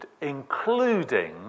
including